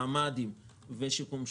ממ"דים ושיקום שכונות,